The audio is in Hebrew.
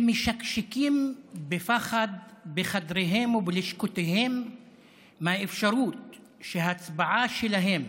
שמשקשקים בפחד בחדריהם ובלשכותיהם מהאפשרות שההצבעה שלהם